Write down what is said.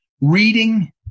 reading